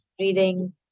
reading